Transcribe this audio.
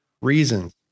reasons